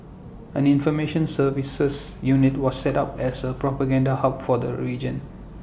an information services unit was set up as A propaganda hub for the region